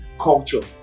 culture